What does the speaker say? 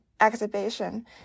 exhibition